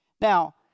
Now